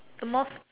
most